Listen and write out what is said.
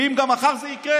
ואם גם מחר זה יקרה,